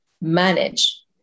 manage